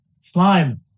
Slime